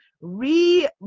re